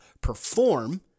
Perform